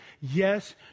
Yes